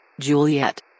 Juliet